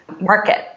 market